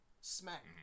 smack